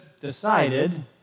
decided